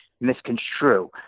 misconstrue